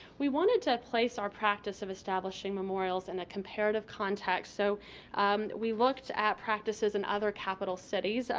we wanted to place our practice of establishing memorials in a comparative context, so we looked at practices in other capital cities.